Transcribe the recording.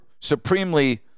supremely